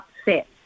upset